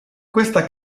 questa